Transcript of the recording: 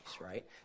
right